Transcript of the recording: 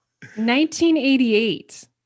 1988